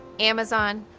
amazon,